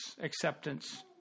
acceptance